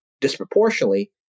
disproportionately